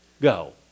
go